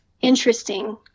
interesting